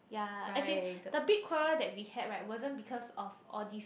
ya as in the big quarrel that we had right wasn't because of all these